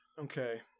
Okay